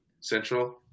Central